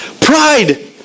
Pride